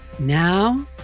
Now